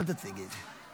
אל תציגי את זה.